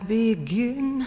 begin